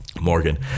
Morgan